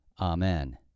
Amen